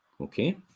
okay